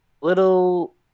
little